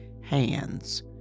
hands